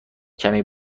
کمی